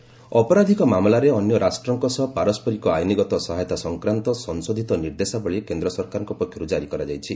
MHA guideline ଅପରାଧିକ ମାମଲାରେ ଅନ୍ୟ ରାଷ୍ଟ୍ରଙ୍କ ସହ ପାରସ୍କରିକ ଆଇନଗତ ସହାୟତା ସଂକ୍ରାନ୍ତ ସଂଶୋଧିତ ନିର୍ଦ୍ଦେଶାବଳୀ କେନ୍ଦ୍ର ସରକାରଙ୍କ ପକ୍ଷରୁ ଜାରି କରାଯାଇଛି